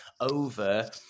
over